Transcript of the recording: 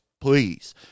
please